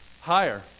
Higher